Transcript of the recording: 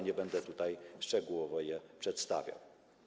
Nie będę tutaj szczegółowo ich przedstawiał.